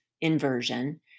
inversion